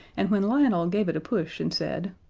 and when lionel gave it a push and said,